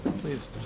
please